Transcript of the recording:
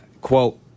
quote